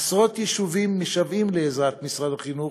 עשרות יישובים משוועים לעזרת משרד החינוך,